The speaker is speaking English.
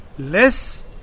Less